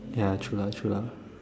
ya true lah true lah